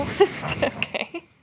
Okay